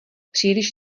příliš